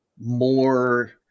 more